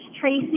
Tracy